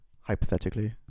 Hypothetically